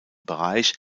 bereich